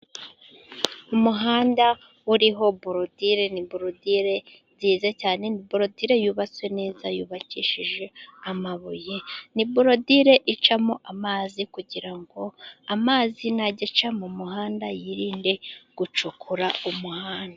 Umuhanda uriho borudire. Ni borudire nziza cyane, ni borudirre yubatswe neza, yubakishije amabuye. Ni burodire icamo amazi, kugira amazi najya aca mumuhanda, yirinde gucukura umuhanda.